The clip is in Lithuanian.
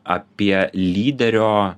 apie lyderio